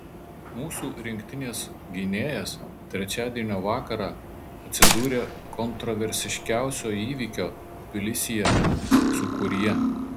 mūsų rinktinės gynėjas trečiadienio vakarą atsidūrė kontroversiškiausio įvykio tbilisyje sūkuryje